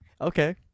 Okay